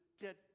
get